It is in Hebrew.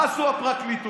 מה עשתה הפרקליטות?